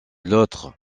l’autre